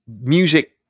music